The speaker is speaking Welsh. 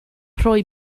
rhoi